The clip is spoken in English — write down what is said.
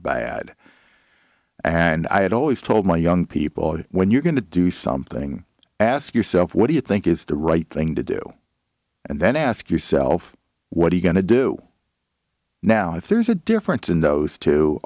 bad and i had always told my young people when you're going to do something ask yourself what do you think is the right thing to do and then ask yourself what are you going to do now if there's a difference in those two